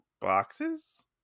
boxes